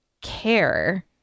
care